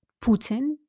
Putin